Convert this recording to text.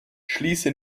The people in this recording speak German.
schließe